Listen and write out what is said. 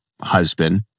husband